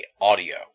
audio